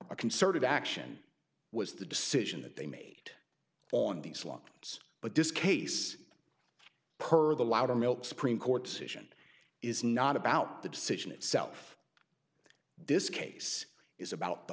a concerted action was the decision that they made on these long lines but this case per the loudermilk supreme court decision is not about the decision itself this case is about the